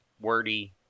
wordy